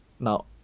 Now